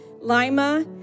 Lima